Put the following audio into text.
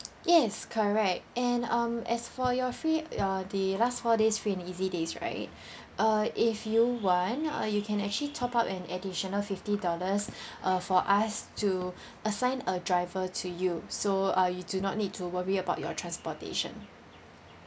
yes correct and um as for your free your the last four days free and easy days right uh if you want uh you can actually top up an additional fifty dollars uh for us to assign a driver to you so uh you do not need to worry about your transportation